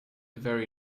very